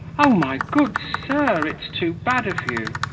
oh, my good sir, it's too bad of you.